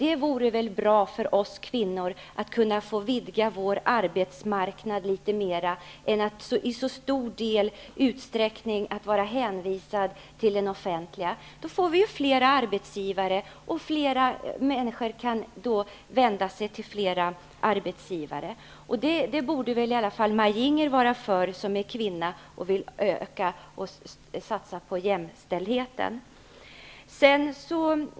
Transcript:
Det vore väl bra för oss kvinnor att få vidga vår arbetsmarknad litet mer, så att vi inte i så stor utsträckning behöver vara hänvisade till den offentliga arbetsmarknaden? Då får vi ju fler arbetsgivare. Detta borde väl i alla fall Maj-Inger Klingvall som kvinna vara för, hon som vill öka och satsa på jämställdheten.